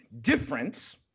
difference